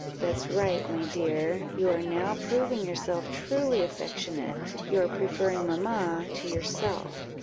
that's right, my dear you are now proving yourself truly affectionate you are preferring mamma to yourself.